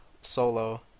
solo